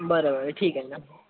बरं ठीक आहे ना